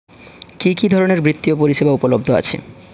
কি কি ধরনের বৃত্তিয় পরিসেবা উপলব্ধ আছে?